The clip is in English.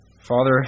Father